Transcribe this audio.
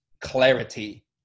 clarity